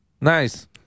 Nice